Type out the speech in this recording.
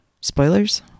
spoilers